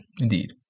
indeed